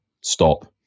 stop